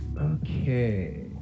okay